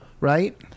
right